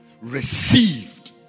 received